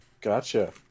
Gotcha